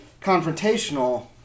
confrontational